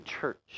church